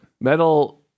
Metal